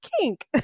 kink